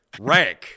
rank